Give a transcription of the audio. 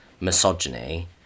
misogyny